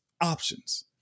options